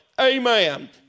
amen